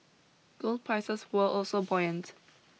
gold prices were also buoyant